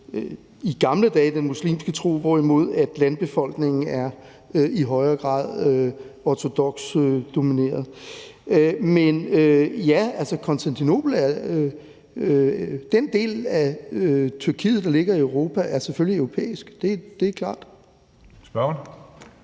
i gamle dage tilhørte den muslimske tro, hvorimod landbefolkningen i højere grad er ortodoks domineret. Men ja, Konstantinopel og den del af Tyrkiet, der ligger i Europa, er selvfølgelig europæisk – det er klart. Kl.